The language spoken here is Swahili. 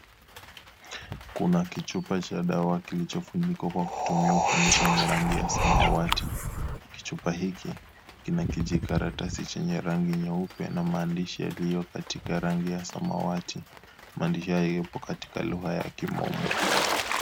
Kuna kichupa cha dawa kilichofunikwa Kwa kutumia ufuniko wa rangi ya samawati , kichupa hikikina kijikaratasi chenye rangi nyeupe na maandishi yaliyo katika rangi ya samawati . Maandishi haha yapo katika lugha ya kimombo.